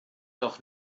doch